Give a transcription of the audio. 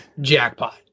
Jackpot